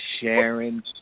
Sharon